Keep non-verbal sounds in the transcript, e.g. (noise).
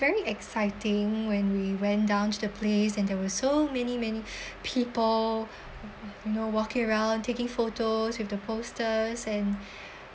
very exciting when we went down to the place and there were so many many (breath) people know walking around taking photos with the posters and (breath)